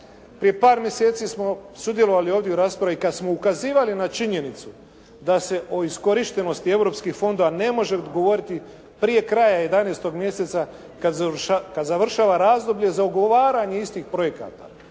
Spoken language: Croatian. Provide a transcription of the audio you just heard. Prije par mjeseci smo sudjelovali ovdje u raspravi kada smo ukazivali na činjenicu da se o iskorištenosti europskih fondova ne može govoriti prije kraja 11. mjeseca kada završava razdoblje za ugovaranje istih projekata.